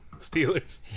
steelers